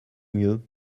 mieux